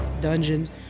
dungeons